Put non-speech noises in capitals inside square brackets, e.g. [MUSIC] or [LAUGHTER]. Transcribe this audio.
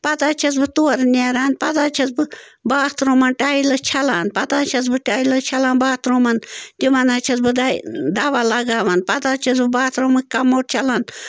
پتہٕ حظ چھَس بہٕ تورٕ نیران پتہٕ حظ چھَس بہٕ باتھ روٗمَن ٹایلٕز چھَلان پتہٕ حظ چھَس بہٕ ٹایلٕز چھَلان باتھ روٗمَن تِمن حظ چھَس بہٕ [UNINTELLIGIBLE] دوا لگاوان پتہٕ حظ چھَس بہٕ باتھ روٗمٕکۍ کَموڈ چھَلان